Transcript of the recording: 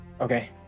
okay